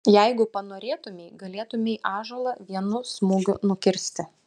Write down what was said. jeigu panorėtumei galėtumei ąžuolą vienu smūgiu nukirsti